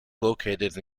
located